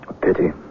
pity